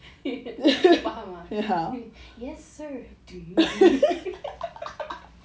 dia faham ah yes sir do you d~